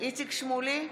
איציק שמולי,